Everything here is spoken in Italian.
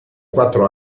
quattro